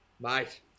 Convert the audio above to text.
Mate